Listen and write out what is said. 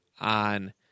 on